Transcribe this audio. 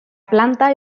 planta